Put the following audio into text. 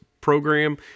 program